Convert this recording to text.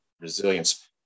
resilience